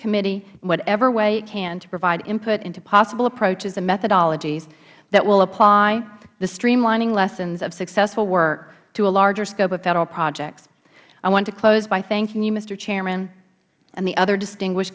committee in whatever way it can to provide input into possible approaches and methodologies that will apply the streamlining lessons of successful work to a larger scope of federal projects i want to close by thanking you mister chairman and the other distinguish